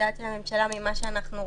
הדעת של הממשלה ממה שאנחנו רצינו.